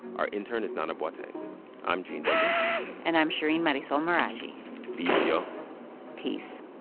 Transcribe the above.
our intern is nana boateng i'm gene demby and i'm shereen marisol meraji be easy, y'all peace